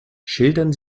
schildern